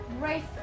race